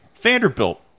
vanderbilt